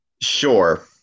Sure